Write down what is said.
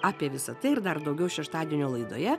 apie visa tai ir dar daugiau šeštadienio laidoje